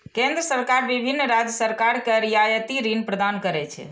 केंद्र सरकार विभिन्न राज्य सरकार कें रियायती ऋण प्रदान करै छै